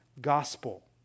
gospel